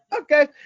okay